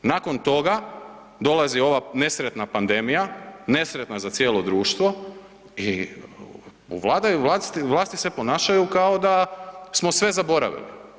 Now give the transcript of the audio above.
Nakon toga, dolazi ova nesretna pandemija, nesretna za cijelo društvo i u Vladi, vlasti se ponašaju kao da smo sve zaboravili.